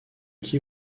qui